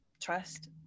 Trust